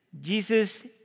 Jesus